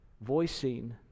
voicing